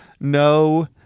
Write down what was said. no